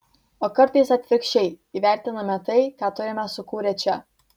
o kartais atvirkščiai įvertiname tai ką turime sukūrę čia